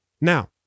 Now